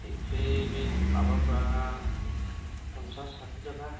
फिथिख्रि बे माबाफोरा पनसास साथि थाखा